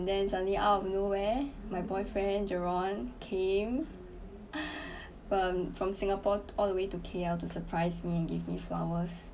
then suddenly out of nowhere my boyfriend jerome came from from singapore all the way to K_L to surprise me and give me flowers